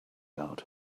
out